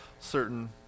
certain